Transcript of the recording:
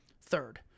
Third